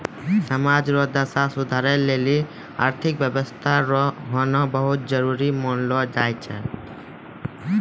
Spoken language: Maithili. समाज रो दशा सुधारै लेली आर्थिक व्यवस्था रो होना बहुत जरूरी मानलौ जाय छै